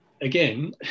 again